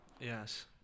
Yes